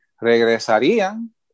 Regresarían